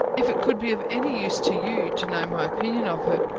if it could be of any use to you to know my opinion of her.